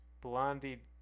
Blondie